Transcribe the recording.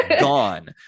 gone